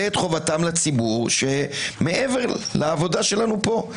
את חובתם לציבור גם מעבר לעבודה שלנו פה.